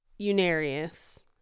Unarius